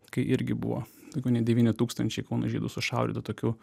kai irgi buvo daugiau nei devyni tūkstančiai kauno žydų sušaudytų tokių